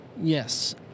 Yes